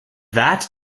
that